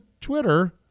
Twitter